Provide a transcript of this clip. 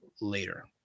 later